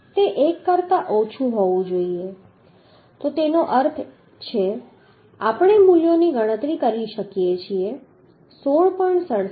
તે 1 કરતા ઓછું હોવું જોઈએ તો તેનો અર્થ છે આપણે મૂલ્યોની ગણતરી કરી શકીએ છીએ કે 16